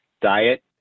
diet